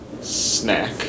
snack